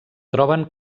troben